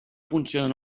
funcionen